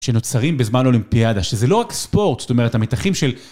שנוצרים בזמן אולימפיאדה, שזה לא רק ספורט, זאת אומרת, המתחים של...